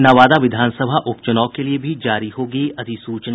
नवादा विधानसभा उपचुनाव के लिए भी जारी होगी अधिसूचना